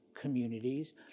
communities